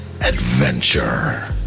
adventure